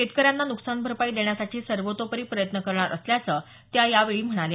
शेतकऱ्यांना नुकसान भरपाई देण्यासाठी सर्वतोपरी प्रयत्न करणार असल्याचं त्या यावेळी म्हणाल्या